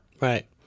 Right